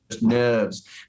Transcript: nerves